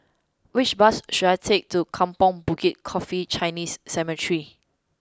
which bus should I take to Kampong Bukit Coffee Chinese Cemetery